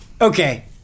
okay